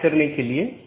बल्कि कई चीजें हैं